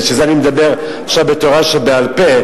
לכן אני מדבר עכשיו בתורה שבעל-פה.